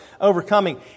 overcoming